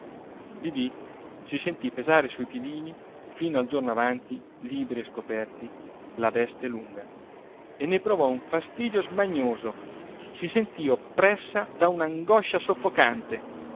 didì si sentì pesare sui piedini fino al giorno avanti liberi e scoperti la veste lunga e ne provò un fastidio smanioso si sentì oppressa da una angoscia soffocante